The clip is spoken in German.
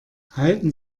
halten